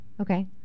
Okay